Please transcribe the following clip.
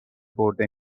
برده